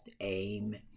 aim